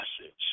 message